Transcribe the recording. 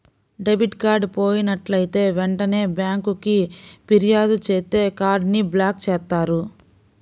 debit card పోయినట్లైతే వెంటనే బ్యేంకుకి ఫిర్యాదు చేత్తే కార్డ్ ని బ్లాక్ చేత్తారు